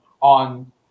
on